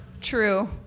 True